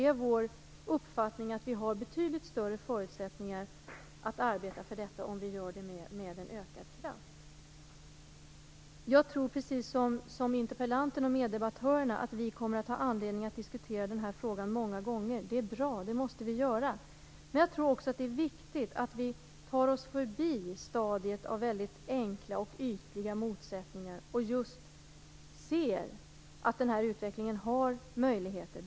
Vi har uppfattningen att vi har betydligt större förutsättningar att arbeta för detta om vi gör det med en ökad kraft. Jag tror precis som interpellanten och meddebattörerna att vi kommer att ha anledning att diskutera den här frågan många gånger. Det är bra. Det måste vi göra. Men jag tror också att det är viktigt att vi tar oss förbi stadiet av väldigt enkla och ytliga motsättningar och ser att utvecklingen har möjligheter.